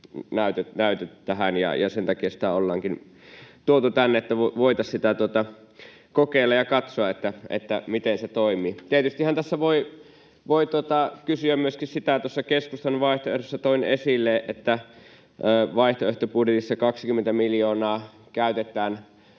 näytöt tähän, ja sen takia sitä ollaankin tuotu tänne, että voitaisiin sitä kokeilla ja katsoa, miten se toimii. Tietystihän tässä voi myöskin kysyä... Tuossa keskustan vaihtoehdossa toin esille, että vaihtoehtobudjetissa 20 miljoonaa käytetään